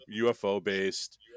UFO-based